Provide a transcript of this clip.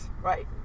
Right